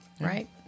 right